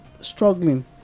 struggling